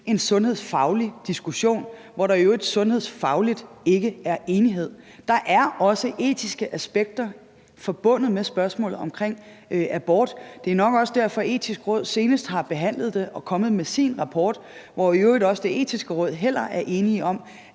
en sundhedsfaglig diskussion, hvor der sundhedsfagligt i øvrigt heller ikke er enighed. Der er også etiske aspekter forbundet med spørgsmålet om abort, og det er nok også derfor, at Det Etiske Råd senest har behandlet det, og at de er kommet med deres rapport, og de er i øvrigt heller ikke i Det Etiske råd enige om